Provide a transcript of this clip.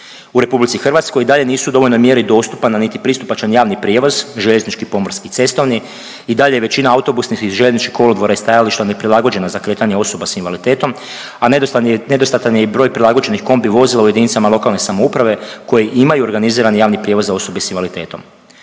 U RH i dalje nisu u dovoljnoj mjeri dostupan, a niti pristupačni javni prijevoz, željeznički, pomorski i cestovni, i dalje većina autobusnih i željezničkih kolodvora i stajališta neprilagođeno za kretanje osoba s invaliditetom, a nedostatan je i broj prilagođenih kombi vozila u jedinicama lokalne samouprave koji imaju organizirani javni prijevoz za osobe s invaliditetom.